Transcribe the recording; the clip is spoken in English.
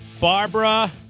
Barbara